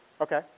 Okay